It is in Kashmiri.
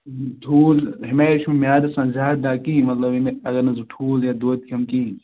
ٹھوٗل ہَمیشہ چھُم میٛادَس آسان زیادٕ دَگ کِہیٖنۍ مطلب ییٚمہِ اگر نہٕ زٕ ٹھوٗل یا دۄد کھیٚمہٕ کِہیٖنۍ